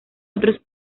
otros